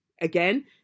again